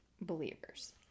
believers